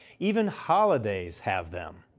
even holidays have them.